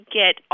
get